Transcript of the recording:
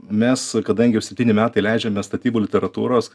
mes kadangi septyni metai leidžiame statybų literatūros